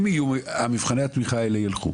אם מבחני התמיכה האלה ילכו